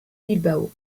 bilbao